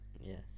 yes